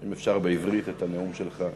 אם אפשר בעברית, את הנאום שלך.